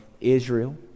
Israel